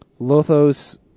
Lothos